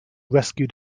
rescued